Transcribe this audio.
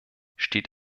steht